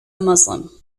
muslim